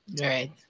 right